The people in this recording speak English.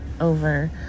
over